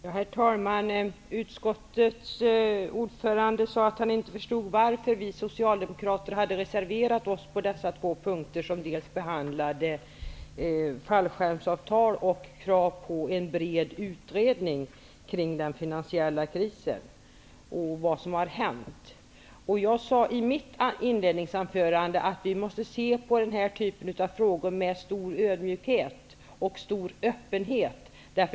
Herr talman! Utskottets ordförande sade att han inte förstod varför vi socialdemokrater hade reserverat oss på de punkter som behandlade fallskärmsavtal och krav på en bred utredning kring den finansiella krisen. Jag sade i mitt inledningsanförande att vi måste se på den här typen av frågor med stor ödmjukhet och stor öppenhet.